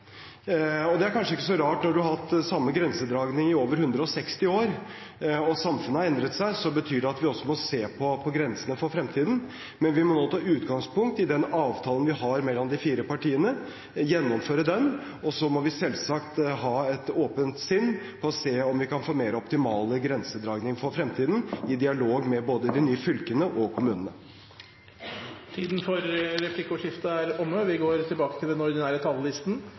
optimal. Det er kanskje ikke så rart. Når en har hatt samme grensedragning i over 160 år og samfunnet har endret seg, betyr det at vi også må se på grensene for fremtiden. Men vi må nå ta utgangspunkt i avtalen vi har mellom de fire partiene, gjennomføre den, og så må vi selvsagt ha et åpent sinn og se om vi kan få mer optimale grensedragninger for fremtiden, i dialog med både de nye fylkene og kommunene. Replikkordskiftet er omme.